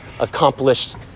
Accomplished